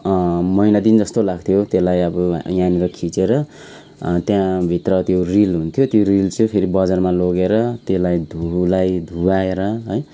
महिना दिन जस्तो लाग्थ्यो त्यसलाई अब यहाँनिर खिँचेर त्यहाँभित्र त्यो रिल हुन्थ्यो त्यो रिल चाहिँ फेरि बजारमा लगेर त्यसलाई धुलाई धुवाएर है